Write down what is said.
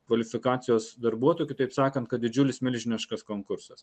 kvalifikacijos darbuotojų kitaip sakant kad didžiulis milžiniškas konkursas